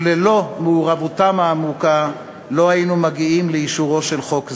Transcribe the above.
וללא מעורבותם העמוקה לא היינו מגיעים לאישורו של חוק זה.